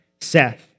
Seth